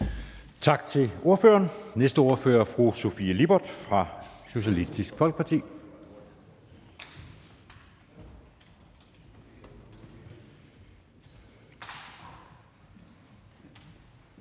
Og tillykke. Næste ordfører er fru Sofie Lippert fra Socialistisk Folkeparti,